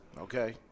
Okay